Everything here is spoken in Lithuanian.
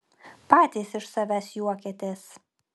patys iš savęs juokiatės